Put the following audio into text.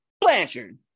Blanchard